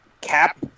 Cap